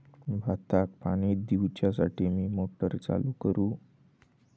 भाताक पाणी दिवच्यासाठी मी मोटर चालू करू?